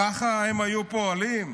ככה הם היו פועלים?